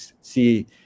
see